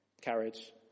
carriage